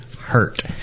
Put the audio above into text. hurt